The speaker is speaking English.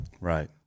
Right